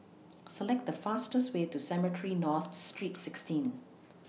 Select The fastest Way to Cemetry North Street sixteen